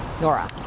Nora